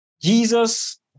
Jesus